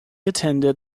attended